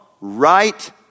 right